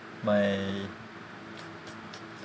my